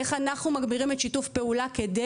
איך אנחנו מגבירים את שיתוף הפעולה כדי